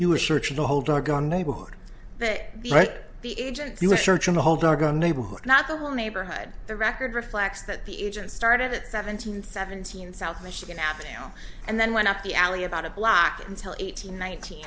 you were searching the whole doggone neighborhood but right the agents you were searching the whole doggone neighborhood not the whole neighborhood the record reflects that the agents started at seventeen seventeen south michigan avenue and then went up the alley about a block until eighteen nineteen